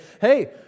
hey